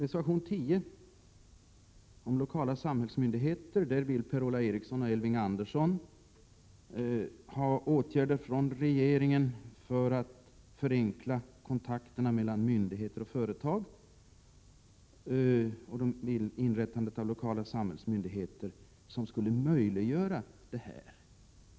I reservation 10 om lokala samhällsmyndigheter vill Per-Ola Eriksson och Elving Andersson att regeringen skall vidta åtgärder för att förenkla kontakterna mellan myndigheter och företag, och de vill inrätta lokala samhällsmyndigheter som skall möjliggöra detta.